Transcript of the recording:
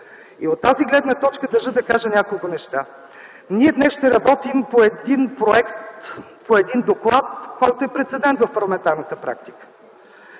И от тази гледна точка държа да кажа няколко неща. Ние днес ще работим по един проект, по един доклад, който е прецедент в парламентарната практика.